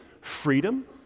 freedom